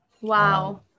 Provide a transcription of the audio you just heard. Wow